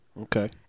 Okay